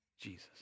Jesus